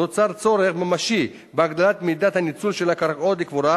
נוצר צורך ממשי בהגדלת מידת הניצול של הקרקעות לקבורה.